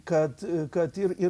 kad kad ir ir